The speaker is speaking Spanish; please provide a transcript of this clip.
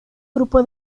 grupo